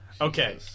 Okay